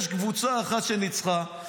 יש קבוצה אחת שניצחה,